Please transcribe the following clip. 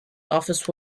office